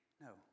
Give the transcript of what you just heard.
No